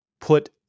put